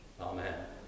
Amen